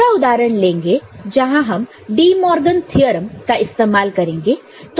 दूसरा उदाहरण लेंगे जहां हम डिमॉर्गन थ्योरम का इस्तेमाल करेंगे